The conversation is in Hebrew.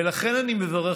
ולכן אני מברך.